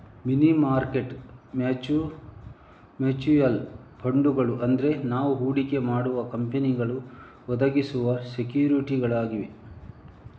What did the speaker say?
ಮನಿ market mutual ಫಂಡುಗಳು ಅಂದ್ರೆ ನಾವು ಹೂಡಿಕೆ ಮಾಡುವ ಕಂಪನಿಗಳು ಒದಗಿಸುವ ಸೆಕ್ಯೂರಿಟಿಗಳಾಗಿವೆ